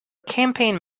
campaign